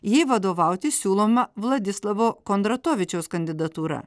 jai vadovauti siūloma vladislavo kondratovičiaus kandidatūra